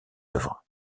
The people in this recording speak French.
œuvres